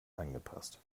angepasst